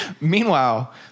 Meanwhile